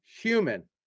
human